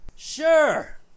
Sure